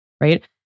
right